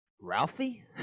Ralphie